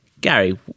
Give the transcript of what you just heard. Gary